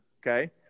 okay